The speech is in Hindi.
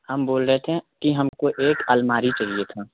हम बोल रहे थे कि हमको एक अलमारी चाहिए था